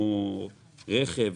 כמו רכב,